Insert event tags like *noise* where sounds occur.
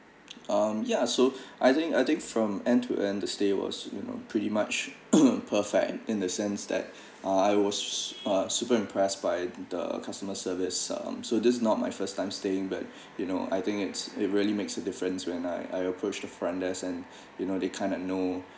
um ya so *breath* I think I think from end to end the stay was you know pretty much *coughs* perfect and in the sense that *breath* uh I was uh super impressed by the customer service um so this not my first time staying back *breath* you know I think it's it really makes a difference when I I approach the front desk and *breath* you know they kind of know